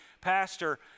Pastor